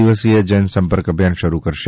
દિવસીય જનસંપર્ક અભિયાન શરૂ કરશે